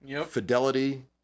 fidelity